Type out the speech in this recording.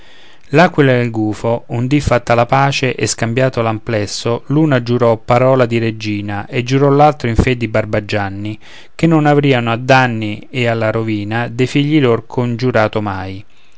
l'aquila e il gufo un dì fatta la pace e scambiato l'amplesso l'una giurò parola di regina e giurò l'altro in fe di barbagianni che non avriano a danni e alla rovina de figli loro congiurato mai